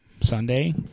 Sunday